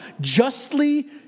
justly